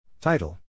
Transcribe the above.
Title